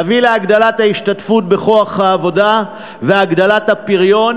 נביא להגדלת ההשתתפות בכוח העבודה ולהגדלת הפריון,